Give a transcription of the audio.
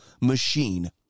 machine